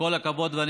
כל הכבוד לו.